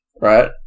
right